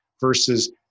versus